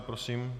Prosím.